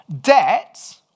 Debt